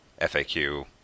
FAQ